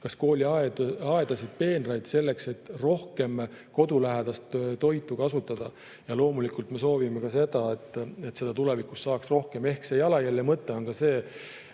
kas kooliaedasid või ‑peenraid, selleks et saaks rohkem kodulähedast toitu kasutada. Loomulikult me soovime ka seda, et seda tulevikus oleks rohkem. Ehk jalajälje mõte on ka see,